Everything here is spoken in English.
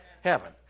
heaven